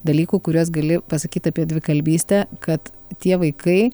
dalykų kuriuos gali pasakyti apie dvikalbystę kad tie vaikai